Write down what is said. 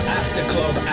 afterclub